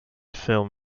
film